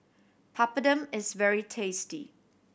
Papadum is very tasty